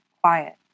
quiet